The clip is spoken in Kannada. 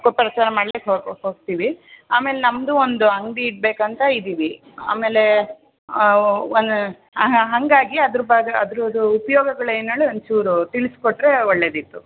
ಪ್ರಚಾರ ಮಾಡ್ಲಿಕ್ಕೆ ಹೋಗಿ ಹೋಗ್ತೀವಿ ಆಮೇಲೆ ನಮ್ಮದು ಒಂದು ಅಂಗಡಿ ಇಡಬೇಕಂತ ಇದ್ದೀವಿ ಆಮೇಲೆ ಒಂದು ಹಾಂ ಹಾಂ ಹಾಗಾಗಿ ಅದ್ರ ಬಗ್ಗೆ ಅದರದು ಉಪ್ಯೋಗಗಳು ಏನು ಹೇಳಿ ಒಂಚೂರು ತಿಳಿಸ್ಕೊಟ್ರೆ ಒಳ್ಳೆಯದಿತ್ತು